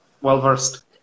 well-versed